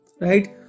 Right